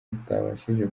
tutabashije